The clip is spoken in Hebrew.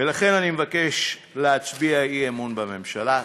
ולכן אני מבקש להצביע אי-אמון בממשלה.